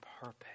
purpose